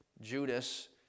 Judas